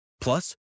Plus